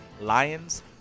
Lions